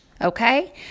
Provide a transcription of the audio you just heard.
Okay